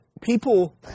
People